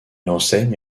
enseigne